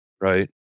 right